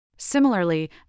Similarly